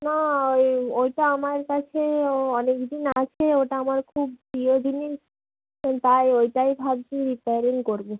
না ওই ওইটা আমার কাছে ও অনেক দিন আছে ওটা আমার খুব প্রিয় জিনিস তাই ওইটাই ভাবছি রিপেয়ারিং করবো